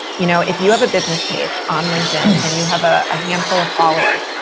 you know if you have a business page on linkedin and you have a handful of followers,